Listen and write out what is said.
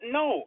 no